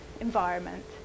environment